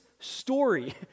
story